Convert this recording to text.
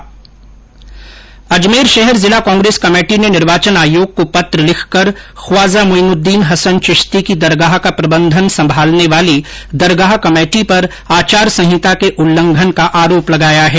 अजमेर शहर जिला कांग्रेस कमेटी ने निर्वाचन आयोग को पत्र लिखकर ख्वाजा मोईनुद्दीन हसन चिश्ती की दरगाह का प्रबंधन संभालने वाली दरगाह कमेटी पर आचार संहिता के उल्लंघन का आरोप लगाया है